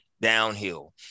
downhill